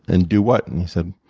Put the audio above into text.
and do what? and he said,